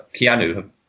Keanu